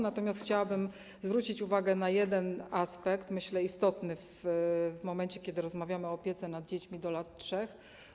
Natomiast chciałabym zwrócić uwagę na jeden aspekt, myślę, istotny w momencie, kiedy rozmawiamy o opiece nad dziećmi do lat 3.